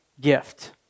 gift